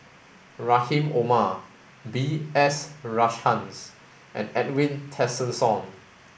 Rahim Omar B S Rajhans and Edwin Tessensohn